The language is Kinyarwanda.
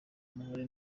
muhore